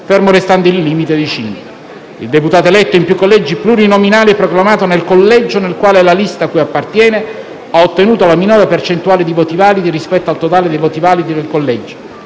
fermo restando il limite di cinque. Il deputato eletto in più collegi plurinominali è proclamato nel collegio nel quale la lista cui appartiene ha ottenuto la minore percentuale di voti validi rispetto al totale dei voti validi del collegio.